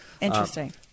Interesting